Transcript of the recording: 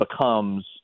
becomes